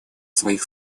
своих